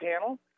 panel